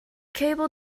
cable